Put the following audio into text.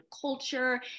culture